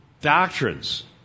doctrines